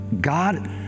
God